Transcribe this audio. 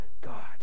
God